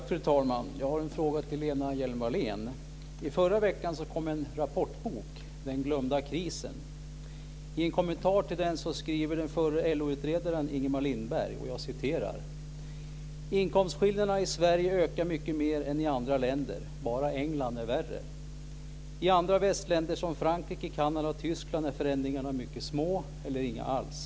Fru talman! Jag har en fråga till Lena Hjelm Wallén. I förra veckan kom en rapportbok, Den glömda krisen. I en kommentar till den skriver den förre LO-utredaren Ingemar Lindberg: "Inkomstskillnaderna i Sverige ökar mycket mer än i andra länder. Bara England är värre. I andra västländer som Frankrike, Kanada och Tyskland är förändringarna mycket små eller inga alls .